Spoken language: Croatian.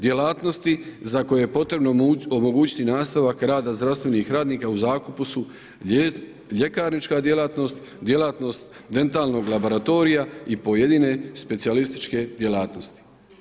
Djelatnosti za koje je potrebno omogućiti nastavak rada zdravstvenih radnika u zakupu su ljekarnička djelatnost, djelatnost dentalnog laboratorija i pojedine specijalističke djelatnosti.